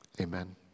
Amen